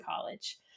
College